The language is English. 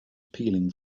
peeling